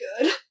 good